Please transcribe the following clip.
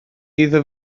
iddo